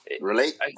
Relate